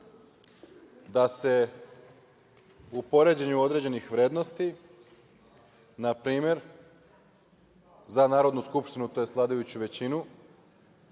da se u poređenju određenih vrednosti, na primer za Narodnu skupštinu, tj. vladajuću većinu,